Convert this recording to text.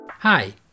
Hi